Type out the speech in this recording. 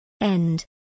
End